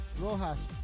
Rojas